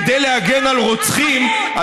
כדי להגן על רוצחים.